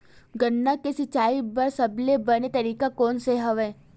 गन्ना के सिंचाई बर सबले बने तरीका कोन से हवय?